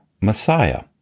Messiah